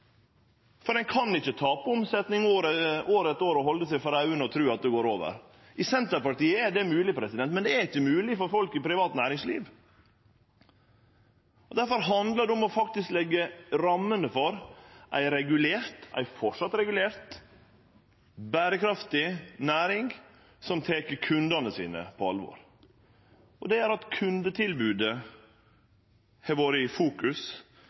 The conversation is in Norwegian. tid. Dei kan ikkje tape omsetning år etter år, halde seg for auga og tru at det går over. I Senterpartiet er det mogleg, men det er ikkje mogleg for folk i privat næringsliv. Difor handlar det om å leggje rammene for ei berekraftig næring som framleis er regulert, og som tek kundane sine på alvor. Det gjer at kundetilbodet har vore i fokus